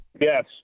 Yes